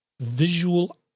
visual